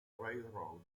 railroad